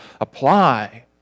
apply